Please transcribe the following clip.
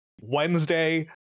Wednesday